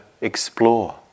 explore